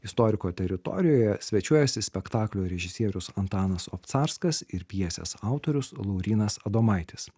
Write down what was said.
istoriko teritorijoje svečiuojasi spektaklio režisierius antanas obcarskas ir pjesės autorius laurynas adomaitis